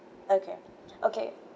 okay okay